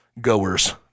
goers